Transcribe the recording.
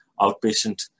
outpatient